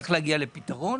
צריך להגיע לפתרון.